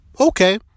Okay